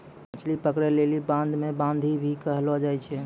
मछली पकड़ै लेली बांध मे बांधी भी करलो जाय छै